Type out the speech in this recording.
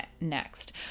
next